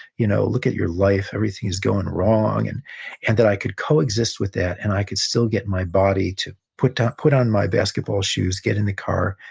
you know, look at your life. everything is going wrong, and and that i could coexist with that, and i could still get my body to put ah put on my basketball shoes, get in the car,